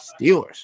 Steelers